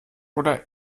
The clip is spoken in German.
oder